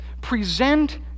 present